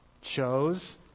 Chose